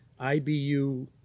IBU